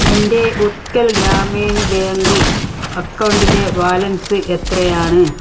എൻ്റെ ഉത്കൽ ഗ്രാമീണ ബാങ്ക് അക്കൗണ്ടിലെ ബാലൻസ് എത്രയാണ്